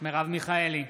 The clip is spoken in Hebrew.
מרב מיכאלי,